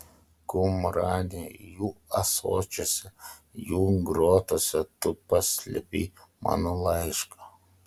kumrane jų ąsočiuose jų grotose tu paslėpei mano laišką